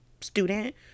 student